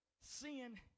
Sin